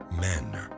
Men